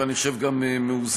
ואני חושב שגם מאוזנת.